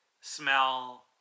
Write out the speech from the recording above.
smell